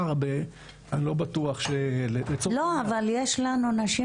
אני לא בטוח--- לא אבל יש לנו נשים